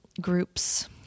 groups